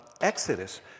Exodus